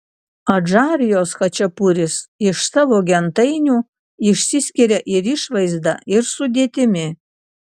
adžarijos chačapuris iš savo gentainių išsiskiria ir išvaizda ir sudėtimi